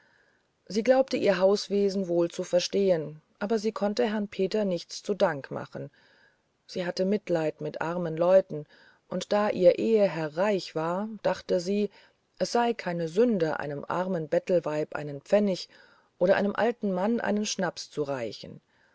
sie glaubte ihr hauswesen wohl zu verstehen aber sie konnte herrn peter nichts zu dank machen sie hatte mitleiden mit armen leuten und da ihr eheherr reich war dachte sie es sei keine sünde einem armen bettelweib einen pfennig oder einem alten mann einen schnaps zu reichen